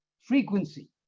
frequency